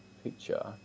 picture